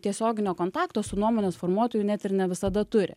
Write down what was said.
tiesioginio kontakto su nuomonės formuotoju net ir ne visada turi